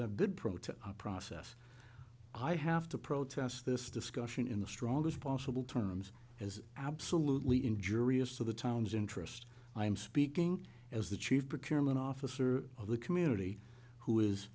that good protest process i have to protest this discussion in the strongest possible terms as absolutely injurious to the town's interest i am speaking as the chief procurement officer of the community who is